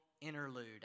interlude